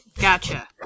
Gotcha